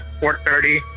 4.30